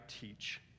teach